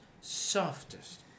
softest